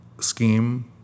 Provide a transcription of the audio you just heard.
scheme